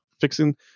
fixing